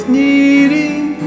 needing